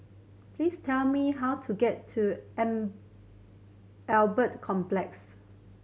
please tell me how to get to am Albert Complex